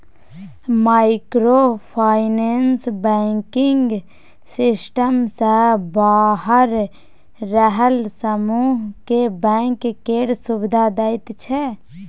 micro finance banking system सँ बाहर रहल समुह केँ बैंक केर सुविधा दैत छै